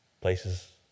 places